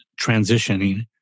transitioning